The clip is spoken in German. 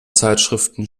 zeitschriften